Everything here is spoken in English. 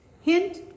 Hint